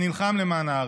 ונלחם למען הארץ.